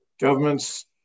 governments